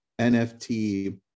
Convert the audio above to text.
NFT